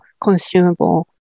consumable